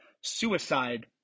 Suicide